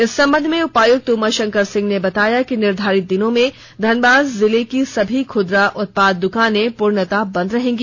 इस संबंध में उपायुक्त उमाशंकर सिंह ने बताया कि निर्धारित दिनों में धनबाद जिले की सभी खुदरा उत्पाद दुकानें पूर्णतः बंद रहेंगी